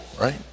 right